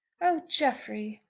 oh, jeffrey!